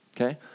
Okay